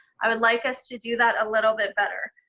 i would like us to do that a little bit better.